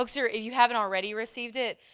like so if you haven't already received it,